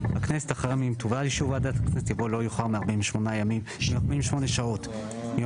אחרי 'תובא לאישור ועדת הכנסת' יבוא 'לא יאוחר מ-48 שעות מיום